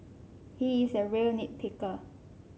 he is a real nit picker